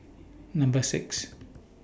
Number six